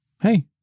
Hey